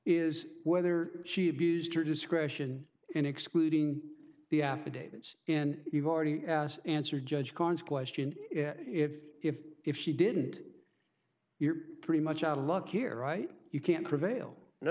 is whether she abused her discretion in excluding the affidavits in you've already asked answered judge khans question if if if she didn't you're pretty much out of luck here right you can't prevail no